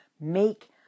make